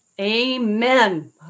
Amen